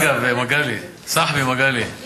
אגב, מגלי, סחבי מגלי, כן.